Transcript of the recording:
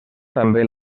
també